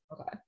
okay